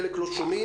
חלק לא שומעים,